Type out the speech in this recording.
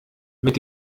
mit